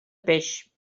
peix